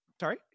Sorry